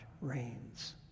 reigns